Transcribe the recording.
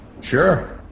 Sure